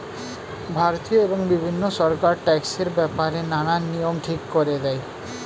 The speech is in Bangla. ভারতীয় এবং বিভিন্ন সরকার ট্যাক্সের ব্যাপারে নানান নিয়ম ঠিক করে দেয়